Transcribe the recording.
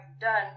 done